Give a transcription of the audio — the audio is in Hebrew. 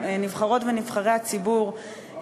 נבחרות ונבחרי הציבור,